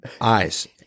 eyes